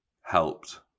helped